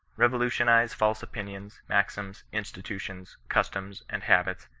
revolutionize false opinions, max ims, institutions, customs, and habits,